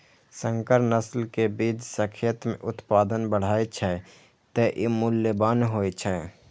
संकर नस्ल के बीज सं खेत मे उत्पादन बढ़ै छै, तें ई मूल्यवान होइ छै